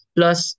Plus